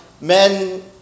men